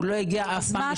הוא לא יגיע אף פעם לשום מקום.